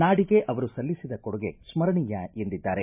ನಾಡಿಗೆ ಅವರು ಸಲ್ಲಿಸಿದ ಕೊಡುಗೆ ಸ್ಪರಣೀಯ ಎಂದಿದ್ದಾರೆ